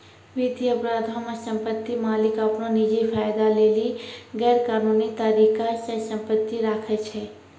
वित्तीय अपराधो मे सम्पति मालिक अपनो निजी फायदा लेली गैरकानूनी तरिका से सम्पति राखै छै